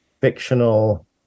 fictional